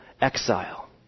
exile